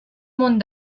munt